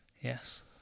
Yes